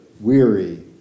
weary